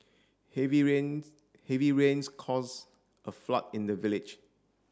heavy rains heavy rains cause a flood in the village